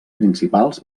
principals